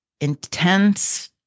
intense